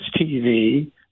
TV